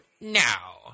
Now